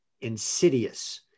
insidious